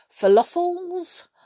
falafels